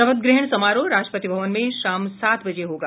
शपथ ग्रहण समारोह राष्ट्रपति भवन में शाम सात बजे होगा